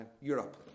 Europe